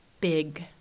big